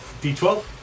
d12